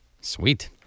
Sweet